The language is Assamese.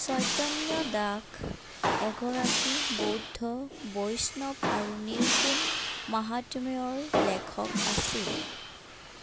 চৈতন্য দাস এগৰাকী বৌদ্ধ বৈষ্ণৱ আৰু নিৰ্গুণ মাহাত্ম্যৰ লেখক আছিল